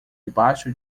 debaixo